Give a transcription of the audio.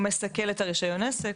או מסכל את רישיון העסק.